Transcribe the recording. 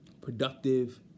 productive